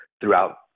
throughout